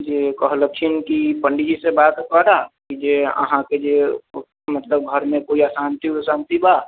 जे कहलखिन कि पण्डीजी से बात करऽ कि जे अहाँकेँ जे मतलब घरमे कोइ अशान्ति वशान्ति बा